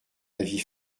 avis